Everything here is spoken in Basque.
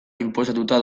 inposatuta